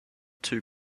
two